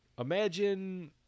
Imagine